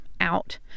out